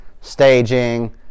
staging